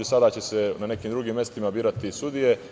Sada će se na nekim drugim mestima birati sudije.